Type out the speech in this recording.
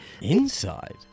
Inside